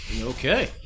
Okay